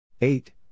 eight